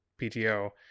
PTO